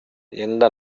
எந்த